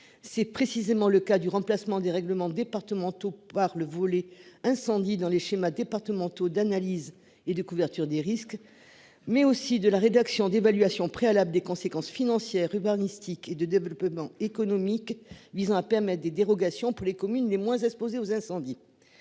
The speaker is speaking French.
C'est précisément le cas du remplacement des règlements départementaux par le vol et incendie dans les schémas départementaux d'analyse et de couverture des risques. Mais aussi de la rédaction d'évaluation préalable des conséquences financières, rumeurs mystique et de développement économiques visant à permet des dérogations pour les communes les moins exposés aux incendies.